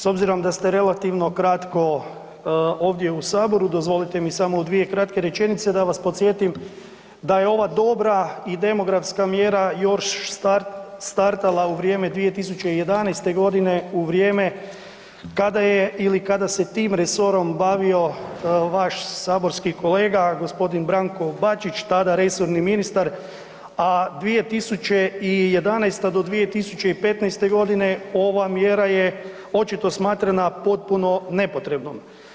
S obzirom da ste relativno kratko ovdje u Saboru, dozvolite mi samo dvije kratke rečenice da vas podsjetim da je ova dobra i demografska mjera još startala u vrijeme 2011. godine u vrijeme kada je ili kada se tim resorom bavio vaš saborski kolega gospodin Branko Bačić tada resorni ministar, a 2011. do 2015. godine ova mjera je očito smatrana potpuno nepotrebnom.